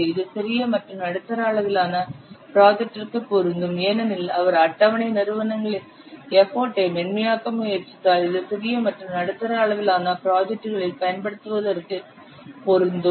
இது சிறிய மற்றும் நடுத்தர அளவிலான ப்ராஜெக்டிற்கு பொருந்தும் ஏனெனில் அவர் அட்டவணை நிறுவனங்களின் எஃபர்ட் ஐ மென்மையாக்க முயற்சித்ததால் இது சிறிய மற்றும் நடுத்தர அளவிலான ப்ராஜெக்ட்களில் பயன்படுத்தப்படுவதற்கு பொருந்தும்